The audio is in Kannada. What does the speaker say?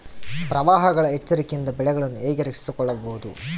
ಪ್ರವಾಹಗಳ ಎಚ್ಚರಿಕೆಯಿಂದ ಬೆಳೆಗಳನ್ನು ಹೇಗೆ ರಕ್ಷಿಸಿಕೊಳ್ಳಬಹುದು?